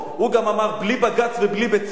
הוא גם אמר: בלי בג"ץ ובלי "בצלם".